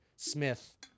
Smith